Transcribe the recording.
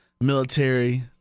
military